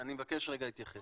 אני מבקש רגע להתייחס.